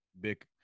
big